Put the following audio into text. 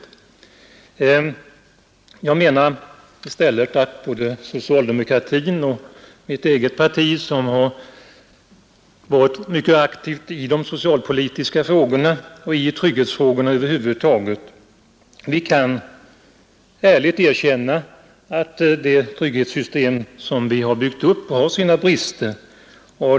I stället menar jag att både socialdemokratin och mitt eget parti, som har varit mycket aktivt i de socialpolitiska frågorna och i trygghetsfrågorna över huvud taget, kan ärligt erkänna att det trygghetssystem som vi byggt upp har sina brister.